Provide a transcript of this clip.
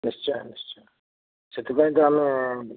ନିଶ୍ଚୟ ନିଶ୍ଚୟ ସେଥିପାଇଁ ତ ଆମେ